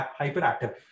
hyperactive